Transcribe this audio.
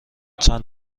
چند